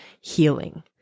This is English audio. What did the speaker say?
healing